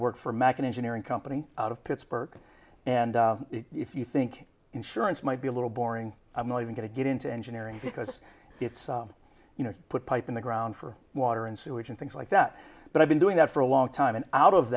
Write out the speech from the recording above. work for american engineering company out of pittsburgh and if you think insurance might be a little boring i'm not even going to get into engineering because it's all you know put pipe in the ground for water and sewage and things like that but i've been doing that for a long time and out of